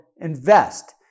invest